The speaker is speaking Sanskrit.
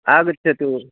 आगच्छतु